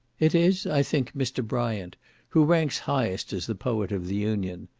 it is, i think, mr. bryant who ranks highest as the poet of the union.